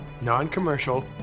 non-commercial